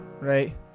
Right